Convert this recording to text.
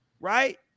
right